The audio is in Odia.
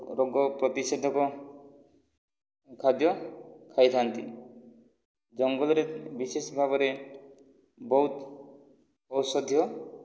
ରୋଗ ପ୍ରତିଶୋଧକ ଖାଦ୍ୟ ଖାଇଥାନ୍ତି ଜଙ୍ଗଲରେ ବିଶେଷ ଭାବରେ ବହୁତ ଔଷଧୀୟ